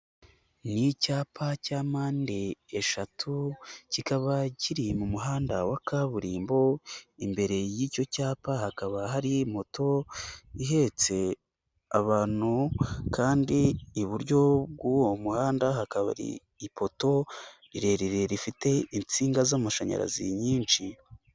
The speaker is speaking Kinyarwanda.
Ni icyapa cya mpande eshatu kikaba kiri mu muhanda wa kaburimbo imbere y'icyo cyapa hakaba hari moto ihetse abantu kandi iburyo bw'uwo muhanda hakaba ari ipoto rirerire rifite insinga z'amashanyarazi nyinshi.